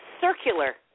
circular